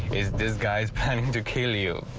is this guy planning to kill you.